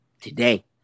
Today